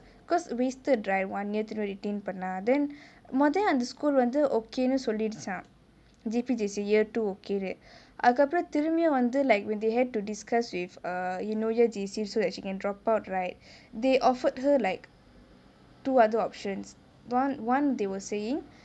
because wasted right one year திரும்ப:tirumba retain பண்ண:panna then மொத அந்த:mothe antha school வந்து:vanthu okay னு சொல்லிருச்சா:nu solliruchaa J_P_J_C year two okay னு அதுக்கு அப்ரோ திரும்பியும் வந்து:nu athuku apro tirumbiyum vanthu like when they had to discuss with err you know eunoia J_C so that she can drop out right they offered her like two other options [one] one they were saying